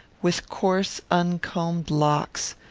with coarse uncombed locks,